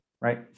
right